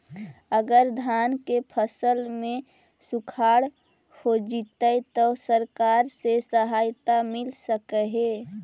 अगर धान के फ़सल में सुखाड़ होजितै त सरकार से सहायता मिल सके हे?